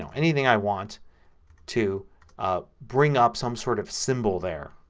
anything i want to ah bring up some sort of symbol there.